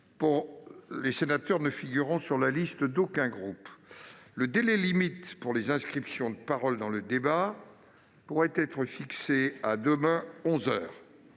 les sénateurs ne figurant sur la liste d'aucun groupe. Le délai limite pour les inscriptions de paroles dans le débat pourrait être fixé à demain, onze heures.